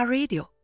Radio